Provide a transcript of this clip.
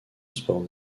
sports